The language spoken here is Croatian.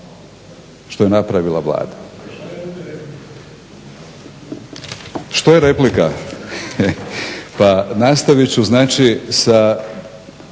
što je napravila Vlada. Što je replika? Pa nastaviti ću znači sa